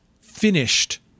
finished